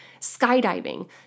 skydiving